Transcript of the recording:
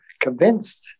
convinced